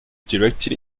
directed